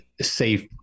safe